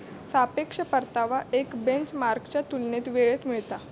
सापेक्ष परतावा एक बेंचमार्कच्या तुलनेत वेळेत मिळता